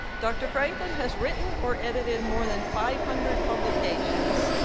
dr. franklin has written or edited more than five hundred publications,